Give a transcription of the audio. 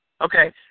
Okay